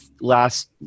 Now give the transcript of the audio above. last